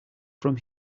from